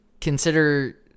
consider